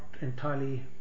entirely